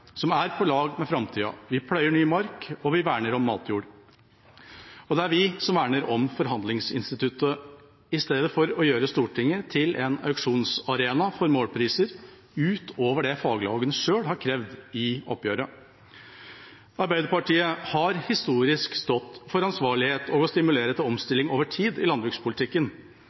som er på lag med framtida. Vi pløyer ny mark, og vi verner om matjord. Og det er vi som verner om forhandlingsinstituttet i stedet for å gjøre Stortinget til en auksjonsarena for målpriser ut over det faglagene selv har krevd i oppgjøret. Arbeiderpartiet har historisk stått for ansvarlighet og å stimulere til omstilling over tid i landbrukspolitikken.